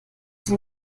den